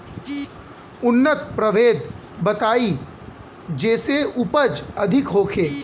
उन्नत प्रभेद बताई जेसे उपज अधिक होखे?